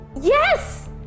Yes